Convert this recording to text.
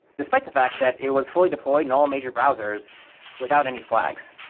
despite the fact that it was fully deployed in all major browsers without any flags.